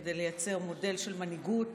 כדי לייצר מודל של מנהיגות